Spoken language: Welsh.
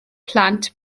plant